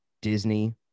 Disney